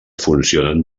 funcionen